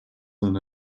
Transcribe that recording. than